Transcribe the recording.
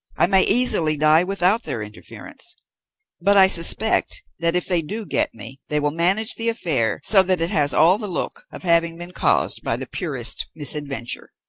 i may easily die without their interference but i suspect that, if they do get me, they will manage the affair so that it has all the look of having been caused by the purest misadventure.